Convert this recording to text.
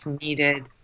needed